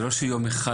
זה לא שיום אחד,